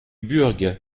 burg